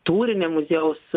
tūrinį muziejaus